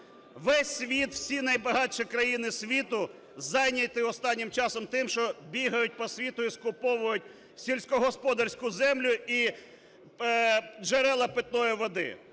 Весь світ, всі найбагатші країни світу зайняті останнім часом тим, що бігають по світу і скуповують сільськогосподарську землю і джерела питної води.